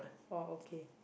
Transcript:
oh okay